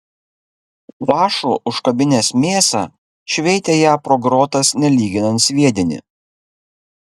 vąšu užkabinęs mėsą šveitė ją pro grotas nelyginant sviedinį